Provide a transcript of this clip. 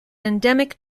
endemic